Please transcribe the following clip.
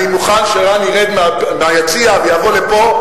אני מוכן שרן ירד מהיציע ויבוא לפה.